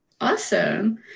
Awesome